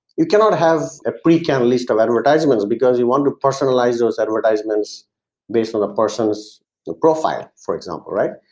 you cannot have a pre-canned list of advertisements because you want to personalize those advertisements based on a person's profile for example, right?